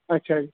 ਅੱਛਾ ਜੀ